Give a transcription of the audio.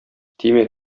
тимә